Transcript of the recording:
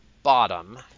Bottom